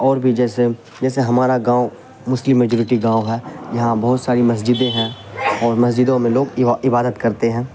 اور بھی جیسے جیسے ہمارا گاؤں مسلم میجورٹی گاؤں ہے یہاں بہت ساری مسجدیں ہیں اور مسجدوں میں لوگ عبادت کرتے ہیں